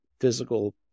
physical